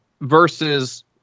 versus